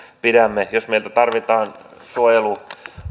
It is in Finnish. pidämme jos meiltä tarvitaan suojeluapua